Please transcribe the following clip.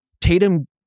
Tatum